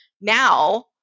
now